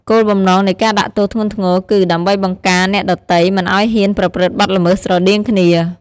គោលបំណងនៃការដាក់ទោសធ្ងន់ធ្ងរគឺ ដើម្បីបង្ការអ្នកដទៃមិនឲ្យហ៊ានប្រព្រឹត្តបទល្មើសស្រដៀងគ្នា។